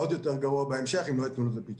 יהיה עוד יותר גרוע בהמשך אם לא ייתנו לזה פיצוי.